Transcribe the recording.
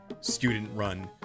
student-run